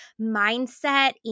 mindset